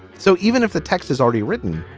so even if the text is already written,